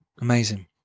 amazing